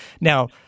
Now